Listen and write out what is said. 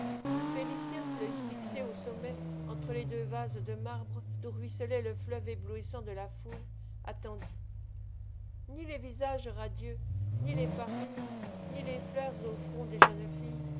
félicien l'œil fixé au sommet entre les deux vases de marbre d'où ruisselait le fleuve éblouissant de la foule attendit ni les visages radieux ni les parures ni les fleurs au front des jeunes filles